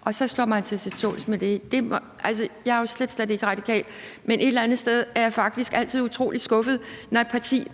og så slår man sig til tåls med det. Jeg er jo slet, slet ikke radikal, men et eller andet sted er jeg faktisk altid utrolig skuffet, når et parti